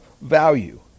value